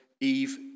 Eve